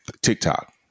TikTok